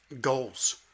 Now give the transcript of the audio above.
goals